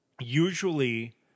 usually